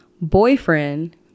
boyfriend